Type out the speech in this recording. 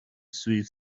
sweet